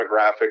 demographic